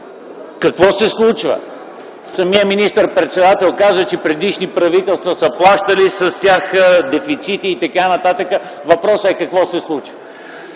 Какво се случва? Самият министър-председател каза, че предишни правителства са плащали с тях дефицити и т.н. Въпросът е сега какво се случва?